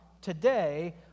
today